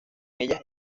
ellas